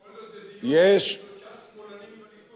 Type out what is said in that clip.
בכל זאת זה דיון של שלושה שמאלנים בליכוד.